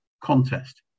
contest